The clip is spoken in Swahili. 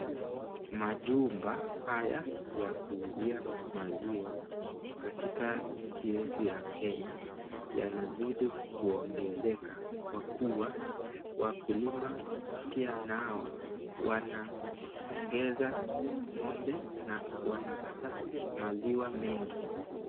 Majumba haya ya kuuzia maziwa katika nchi yetu ya Kenya, yanazidi kuongezeka, Kwa Kuwa wakulima pia nao wanaongea ng'ombe Na wanapata maziwa mengi.